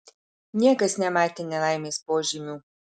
niekas nematė nelaimės požymių